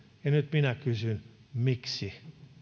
ja nyt minä kysyn miksi